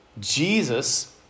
Jesus